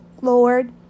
Lord